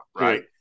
right